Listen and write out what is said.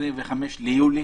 25 ביולי.